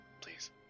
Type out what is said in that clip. Please